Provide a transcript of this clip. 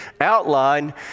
outline